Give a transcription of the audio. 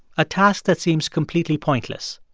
a task that seems completely pointless.